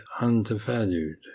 undervalued